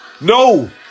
No